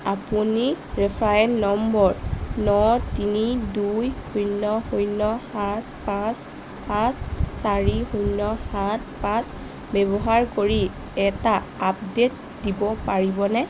আপুনি reference number ন তিনি দুই শূন্য শূন্য সাত পাঁচ পাঁচ চাৰি শূন্য সাত পাঁচ ব্যৱহাৰ কৰি এটা আপডেট দিব পাৰিবনে